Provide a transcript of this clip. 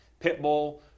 Pitbull